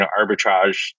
arbitrage